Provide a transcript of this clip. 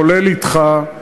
כולל אתך,